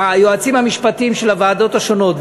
היועצים המשפטיים של הוועדות השונות,